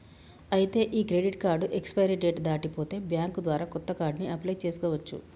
ఐతే ఈ credit card expiry date దాటి పోతే బ్యాంక్ ద్వారా కొత్త కార్డుని అప్లయ్ చేసుకోవచ్చు